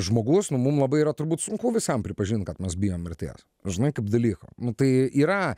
žmogus nu mum labai yra turbūt sunku vis vien pripažint kad mes bijom mirties žinai kaip dalyko nu tai yra